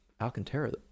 Alcantara